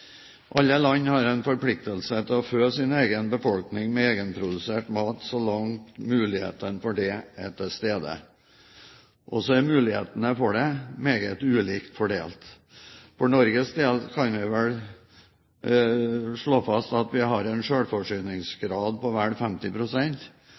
alle. Alle land har en forpliktelse til å fø sin egen befolkning med egenprodusert mat så langt mulighetene for det er til stede. Og så er mulighetene for det meget ulikt fordelt. For Norges del kan vi vel slå fast at vi har en